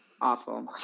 Awful